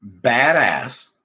badass